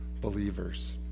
believers